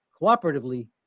cooperatively